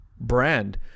brand